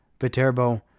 Viterbo